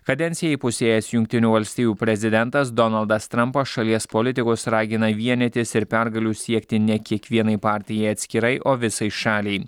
kadenciją įpusėjęs jungtinių valstijų prezidentas donaldas trampas šalies politikus ragina vienytis ir pergalių siekti ne kiekvienai partijai atskirai o visai šaliai